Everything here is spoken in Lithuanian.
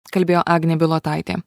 kalbėjo agnė bilotaitė